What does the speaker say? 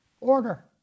order